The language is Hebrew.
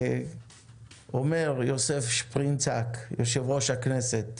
אומר יוסף שפרינצק, יושב-ראש הכנסת: